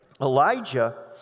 Elijah